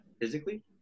physically